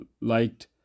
liked